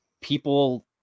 people